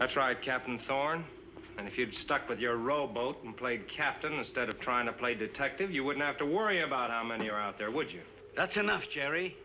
i tried capping thorne and if you'd stuck with your rowboat and played captain instead of trying to play detective you wouldn't have to worry about how many are out there with you that's enough jerry